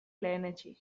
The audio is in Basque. lehenetsi